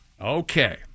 Okay